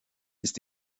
ist